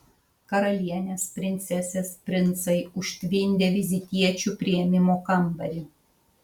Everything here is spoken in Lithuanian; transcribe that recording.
karalienės princesės princai užtvindė vizitiečių priėmimo kambarį